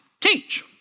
teach